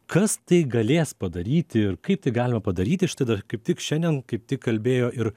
kas tai galės padaryti ir kaip tai galima padaryti štai da kaip tik šiandien kaip tik kalbėjo ir